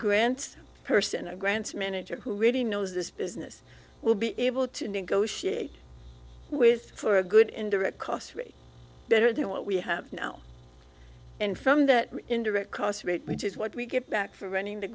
grants person a grants manager who really knows this business will be able to negotiate with for a good indirect cost rate better than what we have now and from that indirect cost rate which is what we get back for running the